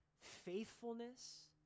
faithfulness